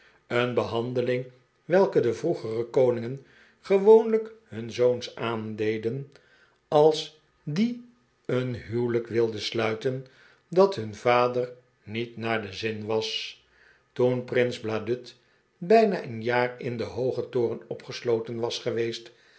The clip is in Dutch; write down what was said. een behandeling welke de vroegere koningen gewoonlijk hun zoons aandeden als die een huwelijk wilden sluiten dat hun vader niet naar den zin was toen prins bladud bijna een jaar in den hoogen toren opgesloten was geweest